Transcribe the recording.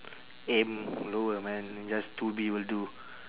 aim lower man just two B will do